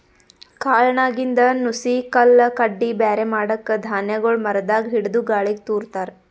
ಕಾಳ್ನಾಗಿಂದ್ ನುಸಿ ಕಲ್ಲ್ ಕಡ್ಡಿ ಬ್ಯಾರೆ ಮಾಡಕ್ಕ್ ಧಾನ್ಯಗೊಳ್ ಮರದಾಗ್ ಹಿಡದು ಗಾಳಿಗ್ ತೂರ ತಾರ್